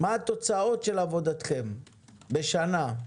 מה התוצאות של עבודתכם בשנה?